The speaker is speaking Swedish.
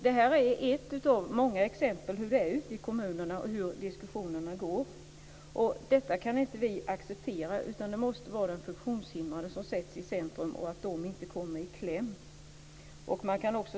Detta är bara ett av många exempel på hur det är ute i kommunerna och hur diskussionerna går. Detta kan vi inte acceptera utan det måste vara de funktionshindrade som sätts i centrum så att de inte kommer i kläm.